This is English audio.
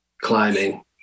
climbing